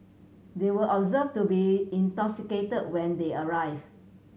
they were observed to be intoxicated when they arrived